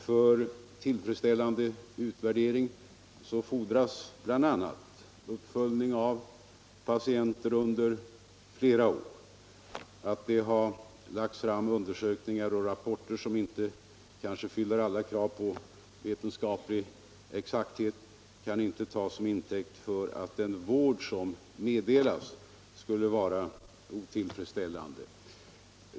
För en tillfredsställande utvärdering fordras bl.a. en uppföljning av patienter under flera år. Att det har lagts fram undersökningar och rapporter som kanske inte fyller alla krav på vetenskaplig exakthet kan inte tas till intäkt för påståenden att den vård som meddelas skulle vara otillfredsställande.